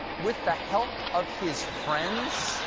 with the help of his friends?